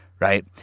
right